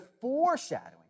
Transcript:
foreshadowing